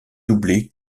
doublé